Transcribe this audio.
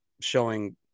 showing